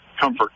comfort